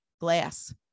Glass